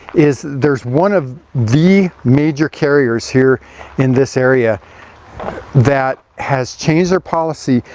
is there's one of the major carriers here in this area that has changed their policy,